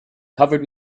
covered